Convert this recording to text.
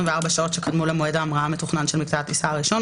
שעות שקדמו למועד ההמראה המתוכנן של מקטע הטיסה הראשון,